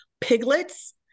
piglets